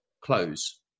close